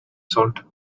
salt